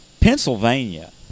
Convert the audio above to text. Pennsylvania